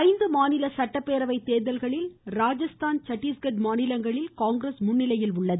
ஐந்து மாநில சட்டப்பேரவை தேர்தல்களில் ராஜஸ்தான் சத்தீஸ்கட்டில் காங்கிரஸ் முன்னிலையில் உள்ளது